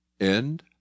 End